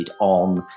on